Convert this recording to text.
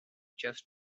just